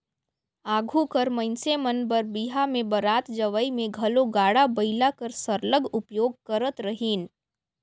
आघु कर मइनसे मन बर बिहा में बरात जवई में घलो गाड़ा बइला कर सरलग उपयोग करत रहिन